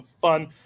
fun